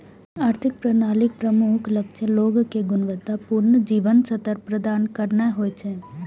आर्थिक प्रणालीक प्रमुख लक्ष्य लोग कें गुणवत्ता पूर्ण जीवन स्तर प्रदान करनाय होइ छै